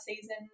season